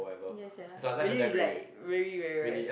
ya sia for you is like really very rare